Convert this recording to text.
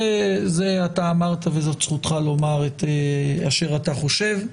זה אתה אמרת, וזאת זכותך לומר את אשר אתה חושב.